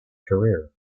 career